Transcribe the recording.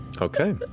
Okay